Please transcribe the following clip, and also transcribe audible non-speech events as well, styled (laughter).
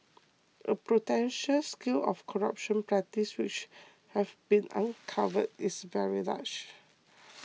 the potential scale of corrupt practices which have been (noise) uncovered is very large